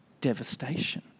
devastation